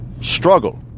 struggle